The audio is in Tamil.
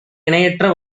இணையற்ற